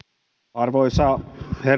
arvoisa